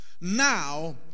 now